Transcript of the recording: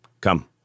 Come